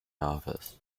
office